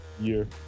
Year